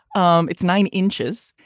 um it's nine inches.